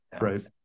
Right